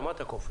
מה אתה קופץ?